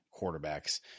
quarterbacks